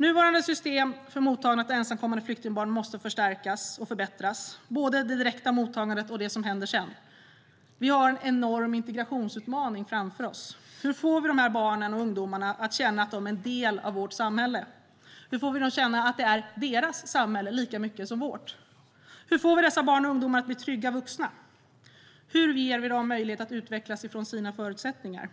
Nuvarande system för mottagande av ensamkommande flyktingbarn måste förstärkas och förbättras, både det direkta mottagandet och det som händer sedan. Vi har en enorm integrationsutmaning framför oss. Hur får vi de här barnen och ungdomarna att känna att de är en del av vårt samhälle? Hur får vi dem att känna att det är deras samhälle lika mycket som vårt? Hur får vi dessa barn och ungdomar att bli trygga vuxna? Hur ger vi dem möjlighet att utvecklas från sina förutsättningar?